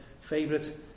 favourite